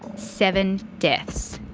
seven deaths.